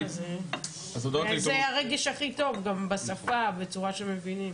זה הרגש הכי טוב, בשפה, בצורה שמבינים.